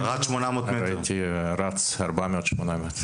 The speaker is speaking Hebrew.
הייתי רץ ארבע מאות-שמונה מאות.